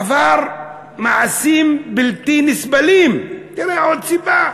עבר מעשים בלתי נסבלים, תראה, עוד סיבה.